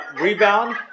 Rebound